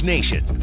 Nation